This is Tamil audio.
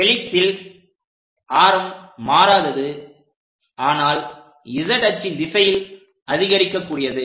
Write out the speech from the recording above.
ஹெலிக்ஸில் ஆரம் மாறாதது ஆனால் z அச்சின் திசையில் அதிகரிக்கக்கூடியது